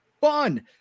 fun